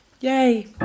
yay